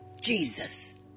Jesus